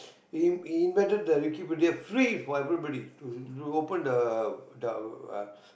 he he invented the Wikipedia free for everybody to open the the uh